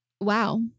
Wow